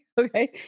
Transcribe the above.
okay